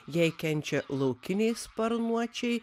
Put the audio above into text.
jei kenčia laukiniai sparnuočiai